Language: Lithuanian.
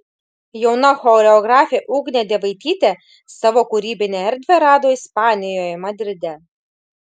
jauna choreografė ugnė dievaitytė savo kūrybinę erdvę rado ispanijoje madride